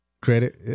Credit